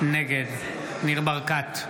נגד ניר ברקת,